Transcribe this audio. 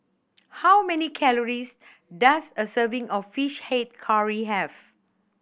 how many calories does a serving of Fish Head Curry have